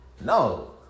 no